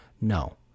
no